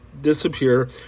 disappear